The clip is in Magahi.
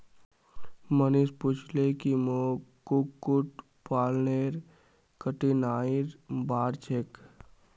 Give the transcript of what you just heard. मनीष पूछले की मोक कुक्कुट पालनेर कठिनाइर बार छेक